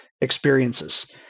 experiences